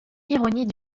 ironie